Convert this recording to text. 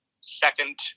second